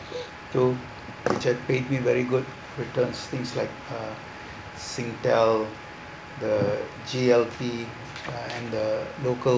to which had pay me very good return things like uh singtel the G_L_T uh and the local